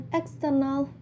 external